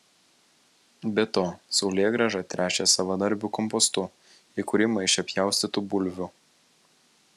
be to saulėgrąžą tręšė savadarbiu kompostu į kurį maišė pjaustytų bulvių